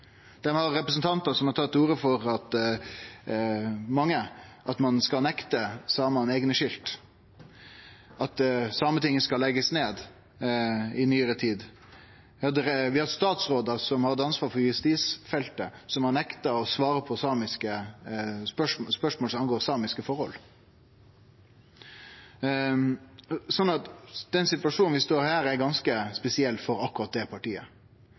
har representantar som har tatt til orde for at ein skal nekte samane eigne skilt, at Sametinget skal leggjast ned – i nyare tid. Vi har hatt statsrådar med ansvar for justisfeltet, som har nekta å svare på spørsmål som angår samiske forhold. Situasjonen vi står i her, er ganske spesiell for akkurat det partiet,